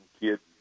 kids